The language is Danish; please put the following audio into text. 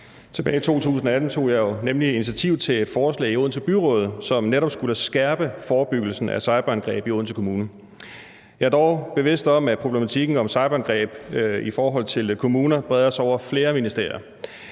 Tilbage i 2018 tog jeg jo nemlig initiativ til et forslag i Odense Byråd, som netop skulle skærpe forebyggelsen af cyberangreb i Odense Kommune. Jeg er bevidst om, at problematikken om cyberangreb i forhold til kommuner breder sig over flere ministerier.